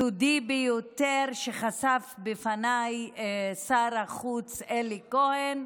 סודי ביותר, שחשף בפניי שר החוץ אלי כהן,